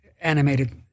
animated